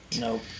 No